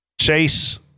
Chase